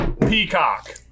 Peacock